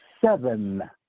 seven